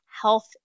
health